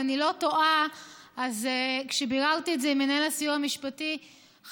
ואם אני לא טועה אז שכשביררתי את זה עם מנהל הסיוע המשפטי חשבנו,